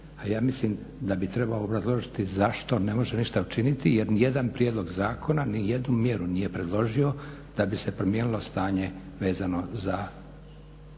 a ja mislim da bi trebao obrazložiti zašto ne može ništa učiniti jer nijedan prijedlog zakona, nijednu mjeru nije predložio da bi se promijenilo stanje vezano za